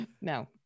No